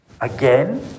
Again